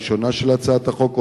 כלשונה של הצעת החוק,